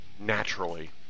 naturally